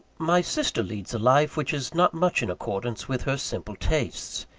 my sister leads a life which is not much in accordance with her simple tastes.